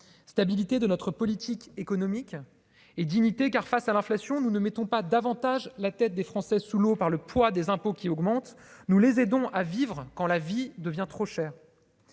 stabilité de notre politique économique et dignité car face à l'inflation, nous ne mettons pas davantage la tête des Français sous l'eau par le poids des impôts qui augmentent, nous les aidons à vivre quand la vie devient trop cher,